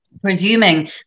presuming